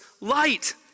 light